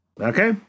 Okay